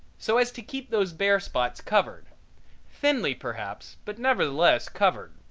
so as to keep those bare spots covered thinly perhaps, but nevertheless covered.